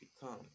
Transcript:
become